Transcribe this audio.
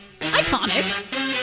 Iconic